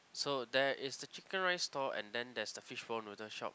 so there is the chicken rice stall and then there's a fishball noodles shop